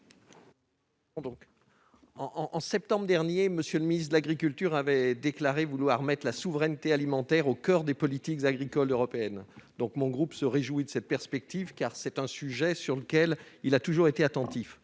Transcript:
de septembre dernier, M. le ministre de l'agriculture a déclaré vouloir mettre la souveraineté alimentaire au coeur des politiques agricoles européennes. Mon groupe se réjouit de cette perspective, car il a toujours été attentif